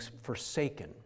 forsaken